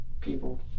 People